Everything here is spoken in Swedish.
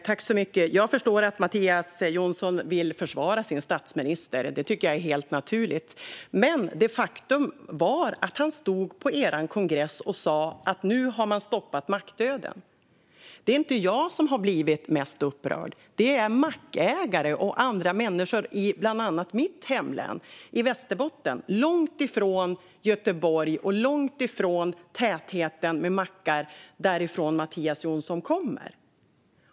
Herr talman! Jag förstår att Mattias Jonsson vill försvara sin statsminister - det tycker jag är helt naturligt. Men faktum var att han stod på er kongress och sa att man nu hade stoppat mackdöden. Det är inte jag som har blivit mest upprörd. Det är mackägare och andra människor i bland annat mitt hemlän Västerbotten, långt från Göteborg, där man har långt ifrån den macktäthet som man har där Mattias Jonsson kommer ifrån.